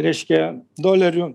reiškia dolerių